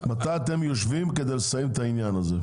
מתי אתם יושבים כדי לסיים את העניין הזה?